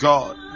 God